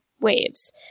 Waves